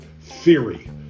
theory